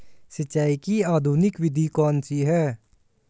सिंचाई की आधुनिक विधि कौनसी हैं?